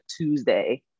Tuesday